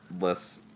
less